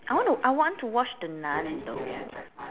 I want to I want to watch The Nun though